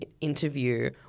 interview